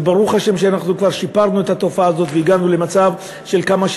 וברוך השם שאנחנו כבר שיפרנו את התופעה הזאת והגענו למצב שכמה,